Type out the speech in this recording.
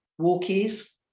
walkies